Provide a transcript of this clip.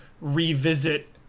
revisit